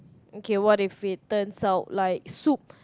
okay what if it turns out like soup